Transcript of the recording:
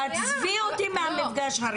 עזבי אותי מהמפגש הראשוני.